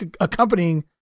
accompanying